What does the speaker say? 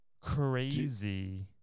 crazy